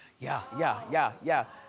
yeah yeah yeah yeah.